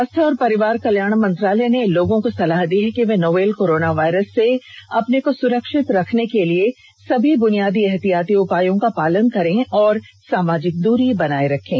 स्वास्थ्य और परिवार कल्याण मंत्रालय ने लोगों को सलाह दी है कि वे नोवल कोरोना वायरस से अपने को सुरक्षित रखने के लिए सभी बुनियादी एहतियाती उपायों का पालन करें और सामाजिक दूरी बनाए रखें